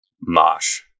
mosh